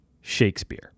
Shakespeare